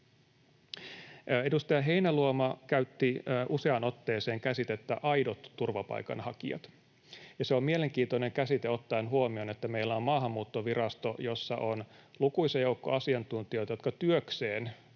Edustaja Heinäluoma käytti useaan otteeseen käsitettä ”aidot turvapaikanhakijat”. Se on mielenkiintoinen käsite ottaen huomioon, että meillä on Maahanmuuttovirasto, jossa on lukuisa joukko asiantuntijoita, jotka työkseen